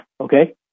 Okay